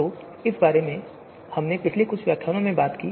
तो इस सब के बारे में हमने पिछले व्याख्यान में भी बात की है